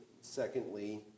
secondly